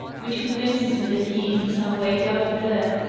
which convinces me that he is in some way doubted there.